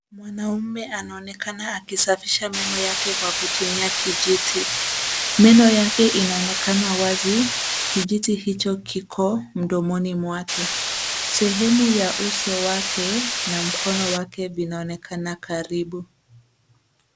Mwanaume anaonekana akisafisha meno yake kwa kutumia kijiti. Meno yake inaonekana wazi, kijiti hicho kiko mdomoni mwake. Sehemu ya uso wake na mkono wake vinaonekana karibu.